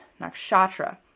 nakshatra